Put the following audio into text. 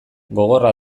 gogorra